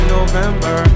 November